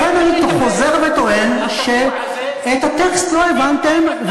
לכן אני חוזר וטוען שאת הטקסט לא הבנתם,